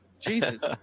Jesus